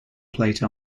plate